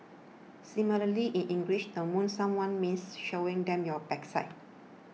similarly in English the 'moon' someone means showing them your backside